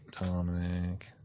Dominic